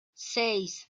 seis